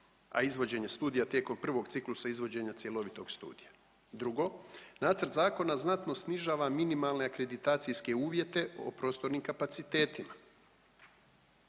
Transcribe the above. a izvođenje studija tijekom prvog ciklusa izvođenja cjelovitog studija. Drugo, nacrt zakona znatno snižava minimalne akreditacijske uvjete o prostornim kapacitetima.